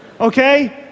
okay